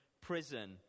prison